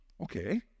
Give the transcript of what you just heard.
Okay